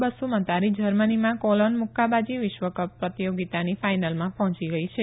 બસુમતારી જર્મનીમાં કોલોન મુક્કાબાજી વિશ્વકપ પ્રતિયોગિતાની ફાઈનલમાં પહોંચી ગઈ છે